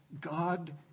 God